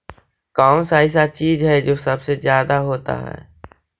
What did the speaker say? कौन सा ऐसा चीज है जो सबसे ज्यादा होता है?